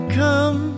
come